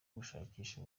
gushakisha